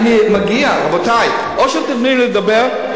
רבותי, תנו לי לדבר,